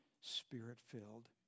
spirit-filled